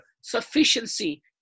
sufficiency